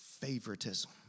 favoritism